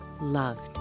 loved